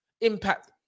Impact